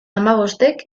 hamabostek